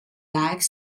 life